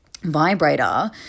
vibrator